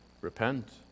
Repent